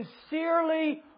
sincerely